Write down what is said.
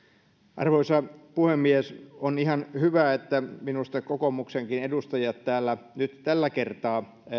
arvoisa puhemies minusta on ihan hyvä että kokoomuksenkin edustajat täällä nyt tällä kertaa